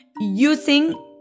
using